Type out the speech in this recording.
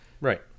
right